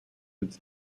its